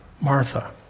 Martha